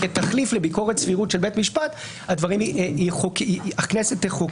כתחליף לביקורת סבירות של בית משפט הכנסת תחוקק.